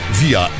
via